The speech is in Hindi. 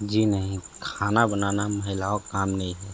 जी नहीं खाना बनाना महिलाओं काम नहीं है